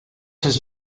has